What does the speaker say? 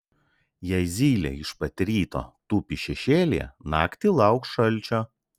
jei zylė iš pat ryto tupi šešėlyje naktį lauk šalčio